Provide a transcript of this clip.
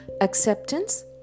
Acceptance